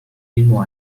mismo